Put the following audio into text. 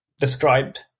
described